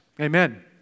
Amen